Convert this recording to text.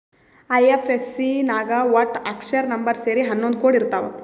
IFSC ನಾಗ್ ವಟ್ಟ ಅಕ್ಷರ, ನಂಬರ್ ಸೇರಿ ಹನ್ನೊಂದ್ ಕೋಡ್ ಇರ್ತಾವ್